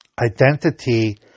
identity